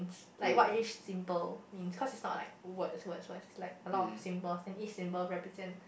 like what each symbol means because is not like words words words is like a lot of symbols and each symbol represents